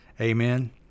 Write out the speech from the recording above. Amen